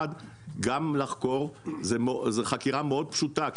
זו חקירה מאוד פשוטה.